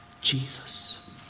Jesus